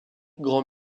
grands